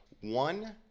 one